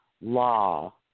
law